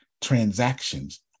transactions